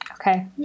Okay